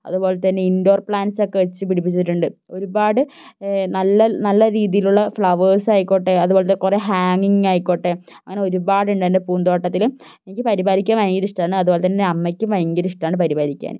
അതുപോലെതന്നെ ഇൻ്റോർ പ്ലാൻസൊക്കെ വച്ചു പിടിപ്പിച്ചിട്ടുണ്ട് ഒരുപാട് നല്ല നല്ല രീതിയിലുള്ള ഫ്ലവേഴ്സായിക്കോട്ടെ അതുപോലത്തെ കുറേ ഹേങ്ങിങ്ങായിക്കോട്ടെ അങ്ങനെ ഒരുപാടുണ്ട് എൻ്റെ പൂന്തോട്ടത്തിൽ എനിക്ക് പരിപാലിക്കാൻ ഭയങ്കര ഇഷ്ടമാണ് അതുപോലെതന്നെ അമ്മയ്ക്കും ഭയങ്കര ഇഷ്ടമാണ് പരിപാലിക്കാൻ